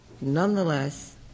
nonetheless